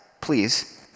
please